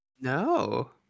No